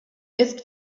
ist